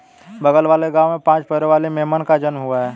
बगल वाले गांव में पांच पैरों वाली मेमने का जन्म हुआ है